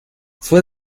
fue